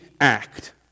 act